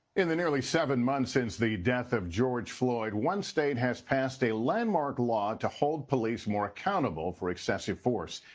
in the nearly seven months since the death of george floyd one state has passed a landmark law to hold police more accountable for excessive force.